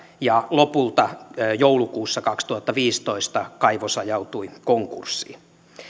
ja lopulta joulukuussa kaksituhattaviisitoista kaivos ajautui konkurssiin